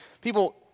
people